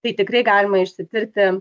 tai tikrai galima išsitirti